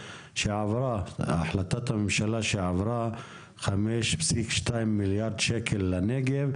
החלטת הממשלה שעברה, 5.2 מיליארד שקל לנגב,